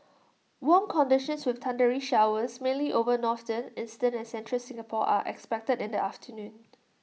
warm conditions with thundery showers mainly over northern eastern and central Singapore are expected in the afternoon